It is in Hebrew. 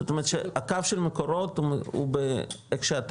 זאת אומרת שהקו של מקורות הוא איך שאתה